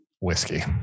whiskey